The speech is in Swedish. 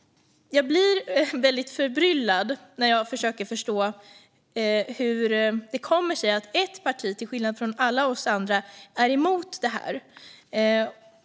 Jag blir väldigt förbryllad när jag försöker förstå hur det kommer sig att ett parti, till skillnad från alla oss andra, är emot det här.